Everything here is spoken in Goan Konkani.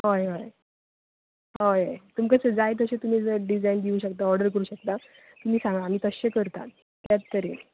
हय हय हय तुमकां सर जाय तशें तुमी जर डिझायन दिवंक शकतात ऑर्डर करूंक शकतात तुमी सांगात आमी तश्शें करतात त्याच तरेन